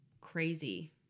crazy